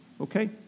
Okay